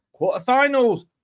Quarterfinals